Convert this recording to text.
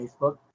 Facebook